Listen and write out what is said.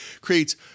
creates